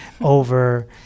over